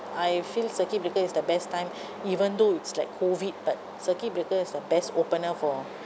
I feel circuit breaker is the best time even though it's like COVID but circuit breaker is the best opener for